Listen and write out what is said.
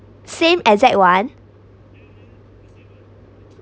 same exact one